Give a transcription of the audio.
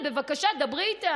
בבקשה, דברי איתה.